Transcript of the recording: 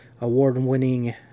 Award-winning